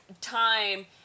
time